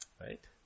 Right